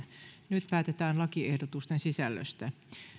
nyt päätetään lakiehdotuksen sisällöstä